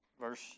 Verse